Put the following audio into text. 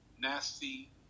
nasty